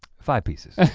five pieces.